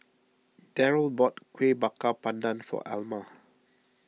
Daryle bought Kueh Bakar Pandan for Alma